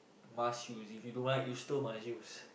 must use if you don't like you still must use